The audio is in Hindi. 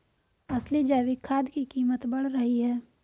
असली जैविक खाद की कीमत बढ़ रही है